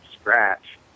scratch